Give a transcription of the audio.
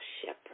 shepherd